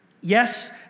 Yes